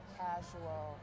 casual